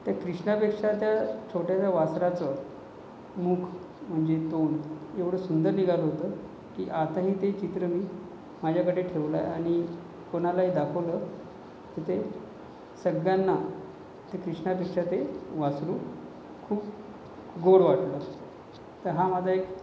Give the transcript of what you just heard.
त्या क्रिष्णापेक्षा त्या छोट्याशा वासराचं मुख म्हणजे तोंड एवढं सुंदर निघालं होतं की आताही ते चित्र मी माझ्याकडे ठेवलंय आणि कोणालाही दाखवलं तर ते सगळ्यांना ते क्रिष्णापेक्षा ते वासरू खूप गोड वाटलं तर हा माझा एक